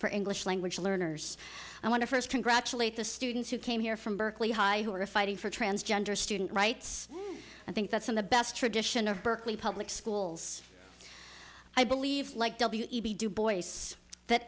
for english language learners i want to first congratulate the students who came here from berkeley high who are fighting for transgender student rights i think that's in the best tradition of berkeley public schools i believe like w e b dubois that